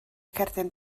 cerdyn